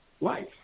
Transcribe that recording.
life